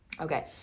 okay